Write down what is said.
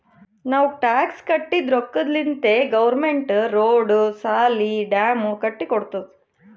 ನಾವ್ ಟ್ಯಾಕ್ಸ್ ಕಟ್ಟಿದ್ ರೊಕ್ಕಾಲಿಂತೆ ಗೌರ್ಮೆಂಟ್ ರೋಡ್, ಸಾಲಿ, ಡ್ಯಾಮ್ ಕಟ್ಟಿ ಕೊಡ್ತುದ್